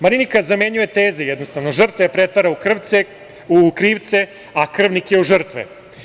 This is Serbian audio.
Marinika zamenjuje teze, jednostavno, žrtve pretvara u krivce a krvnike u žrtve.